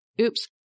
oops